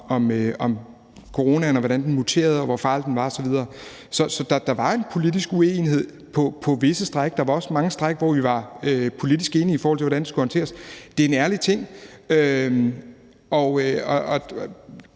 om coronaen, og hvordan den muterede, og hvor farlig den var osv. Så der var en politisk uenighed på visse stræk, men der var også mange stræk, hvor vi var politisk enige om, hvordan det skulle håndteres. Det er en ærlig ting.